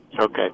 okay